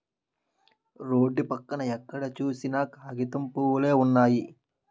road పక్కన ఎక్కడ సూసినా కాగితం పూవులే వున్నయి